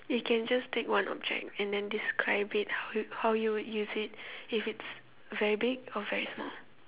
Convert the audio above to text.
you can just take one object and then describe it how you how you would use it if it's very big or very small